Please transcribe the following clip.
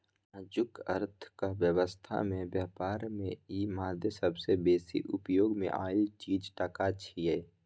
आजुक अर्थक व्यवस्था में ब्यापार में ई मादे सबसे बेसी उपयोग मे आएल चीज टका छिये